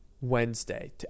Wednesday